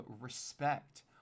respect